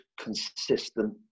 consistent